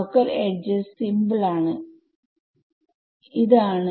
local edges local edges simple ആണ് ഇതാണ്